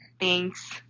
Thanks